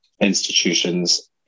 institutions